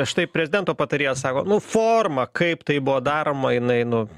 štai prezidento patarėjas sako nu forma kaip tai buvo daroma jinai nu